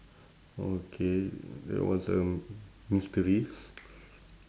okay that was a mysteries